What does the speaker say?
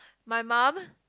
my mum